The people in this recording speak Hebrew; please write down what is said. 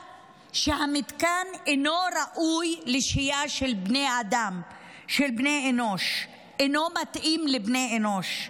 שהמתקן אינו ראוי לשהייה של בני אדם ואינו מתאים לבני אנוש.